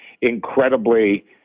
incredibly